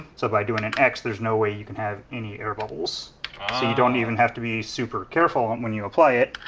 so by doing an x, there's no way you can have any air bubbles so you don't even have to be super careful when you apply it.